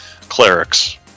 clerics